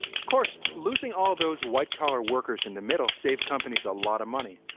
of course, losing all those white collar workers in the middle save companies a lot of money.